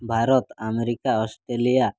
Bharat America Australia